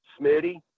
Smitty